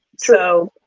so,